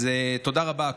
אז תודה רבה,